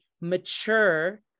mature